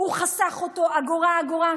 הוא חסך אותה אגורה-אגורה,